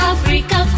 Africa